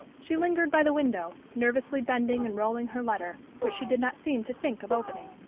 she lingered by the window, nervously bending and rolling her letter, which she did not seem to think of opening.